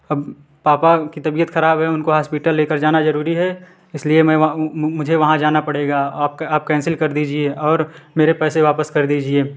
अब पापा की तबियत खराब है उनको हॉस्पिटल लेकर जाना जरूरी है इसलिए मैं वहाँ मुझे वहाँ जाना पड़ेगा आप कैंसिल कर दीजिए और मेरे पैसे वापस कर दीजिए